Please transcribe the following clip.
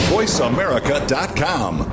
VoiceAmerica.com